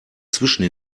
zwischen